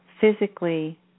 physically